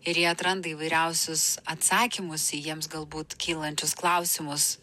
ir jie atranda įvairiausius atsakymus į jiems galbūt kylančius klausimus